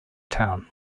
town